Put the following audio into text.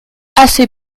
assez